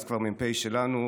אז כבר מ"פ שלנו,